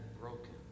broken